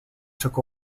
took